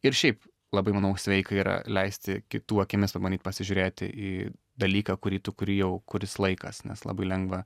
ir šiaip labai manau sveika yra leisti kitų akimis pabandyt pasižiūrėti į dalyką kurį tu kuri jau kuris laikas nes labai lengva